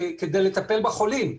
זו תוצאה של הרבה מאוד חולים קשים,